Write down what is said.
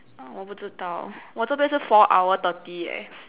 我不知道我这边是 four hour thirty leh